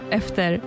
efter